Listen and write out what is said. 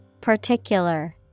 Particular